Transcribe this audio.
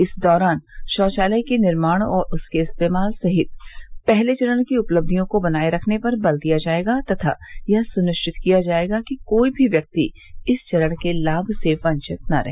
इस दौरान शौचालय के निर्माण और उसके इस्तेमाल सहित पहले चरण की उपलधियों को बनाए रखने पर बल दिया जाएगा तथा यह सुनिश्चित किया जाएगा कि कोई भी व्यक्ति इस चरण के लाभ से वंचित न रहे